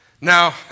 Now